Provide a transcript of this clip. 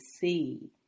see